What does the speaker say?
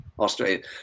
Australia